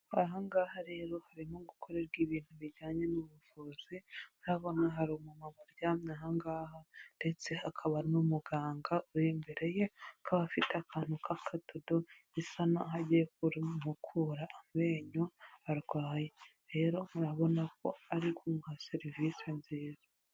Aha ngaha rero harimo gukorerwa ibintu bijyanye n'ubuvuzi, urabona hari umumama uryamye aha ngaha, ndetse hakaba n'umuganga uri imbere ye, akaba afite akantu k'akadodo bisa naho agiye kumukura amenyo arwaye. Rero murabona ko ari kumuha serivise nziza.